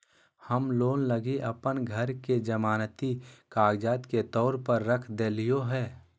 हम लोन लगी अप्पन घर के जमानती कागजात के तौर पर रख देलिओ हें